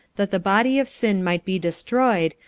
that the body of sin might be destroyed,